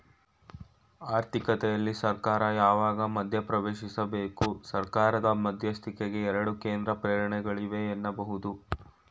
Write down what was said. ಆರ್ಥಿಕತೆಯಲ್ಲಿ ಸರ್ಕಾರ ಯಾವಾಗ ಮಧ್ಯಪ್ರವೇಶಿಸಬೇಕು? ಸರ್ಕಾರದ ಮಧ್ಯಸ್ಥಿಕೆಗೆ ಎರಡು ಕೇಂದ್ರ ಪ್ರೇರಣೆಗಳಿವೆ ಎನ್ನಬಹುದು